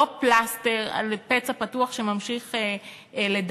לא פלסטר על פצע פתוח שממשיך לדמם.